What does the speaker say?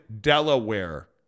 delaware